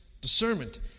Discernment